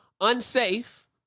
unsafe